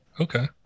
Okay